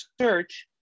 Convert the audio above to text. Search